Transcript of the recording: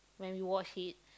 when we watch it